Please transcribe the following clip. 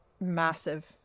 massive